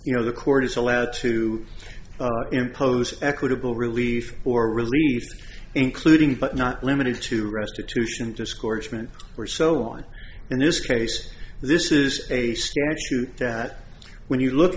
you know the court is allowed to impose equitable relief or relief including but not limited to restitution discouragement or so on in this case this is a statute that when you look